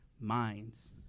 minds